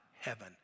heaven